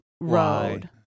road